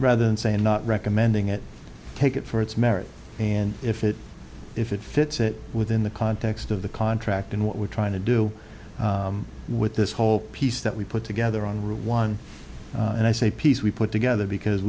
rather than saying not recommending it take it for its merit and if it if it fits within the context of the contract and what we're trying to do with this whole piece that we put together on rule one and i say piece we put together because